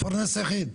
מפרנס יחיד.